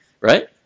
right